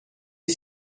est